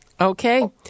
Okay